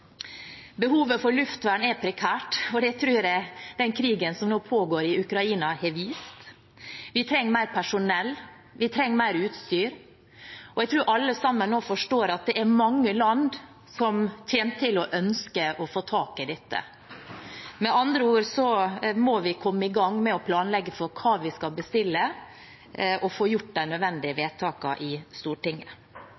Behovet for luftvern er prekært, og det tror jeg den krigen som nå pågår i Ukraina, har vist. Vi trenger mer personell, vi trenger mer utstyr, og jeg tror alle sammen nå forstår at det er mange land som kommer til å ønske å få tak i dette. Med andre ord må vi komme i gang med å planlegge hva vi skal bestille, og få gjort de nødvendige